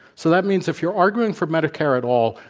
so, that means, if you're arguing for medicare at all,